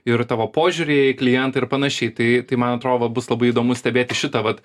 ir tavo požiūrį į klientą ir panašiai tai tai man atrodo bus labai įdomu stebėti šitą vat